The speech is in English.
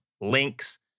links